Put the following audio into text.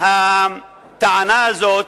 הטענה הזאת,